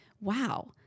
wow